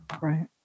Right